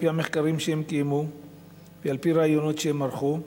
על-פי המחקרים שהם קיימו ועל-פי ראיונות שהם ערכו.